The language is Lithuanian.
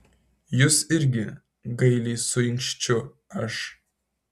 jūs irgi gailiai suinkščiu aš